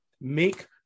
Make